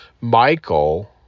Michael